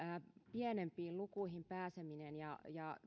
pienempiin lukuihin pääseminen ja ja